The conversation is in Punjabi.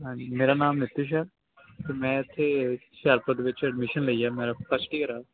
ਹਾਂਜੀ ਮੇਰਾ ਨਾਮ ਨਿਤਿਸ਼ ਆ ਅਤੇ ਮੈਂ ਇੱਥੇ ਹੁਸ਼ਿਆਰਪੁਰ ਦੇ ਵਿੱਚ ਐਡਮਿਸ਼ਨ ਲਈ ਹੈ ਮੇਰਾ ਫਸਟ ਈਅਰ ਆ